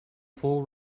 full